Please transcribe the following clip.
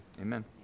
Amen